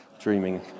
dreaming